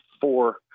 four